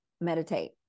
meditate